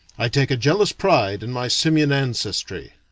i take a jealous pride in my simian ancestry.